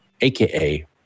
aka